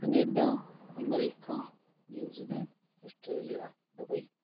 Canada America New Zealand Australia Dubai